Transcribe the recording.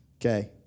Okay